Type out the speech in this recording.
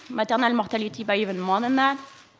maternal mortality by even more than that.